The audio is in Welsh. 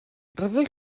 rhyfel